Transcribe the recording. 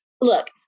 Look